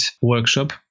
workshop